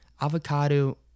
avocado